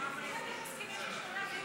אם אתם מסכימים על 8 ביולי, אני מסכימה.